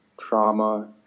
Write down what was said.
trauma